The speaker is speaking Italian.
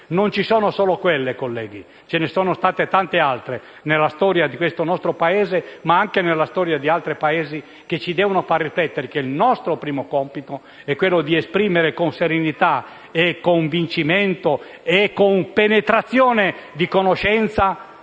Non ci sono solo quelle, colleghi; ce ne sono state tante altre nella storia di questo nostro Paese, ma anche di altri Paesi, che ci devono far riflettere sul fatto che il nostro primo compito è esprimere, con serenità, convincimento e penetrazione di conoscenza,